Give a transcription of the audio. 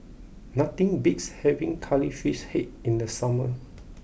nothing beats having Curry Fish Head in the summer